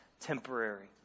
temporary